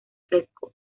fresco